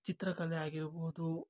ಚಿತ್ರಕಲೆ ಆಗಿರ್ಬೋದು